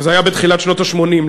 אבל זה היה בתחילת שנות ה-80.